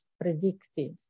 predictive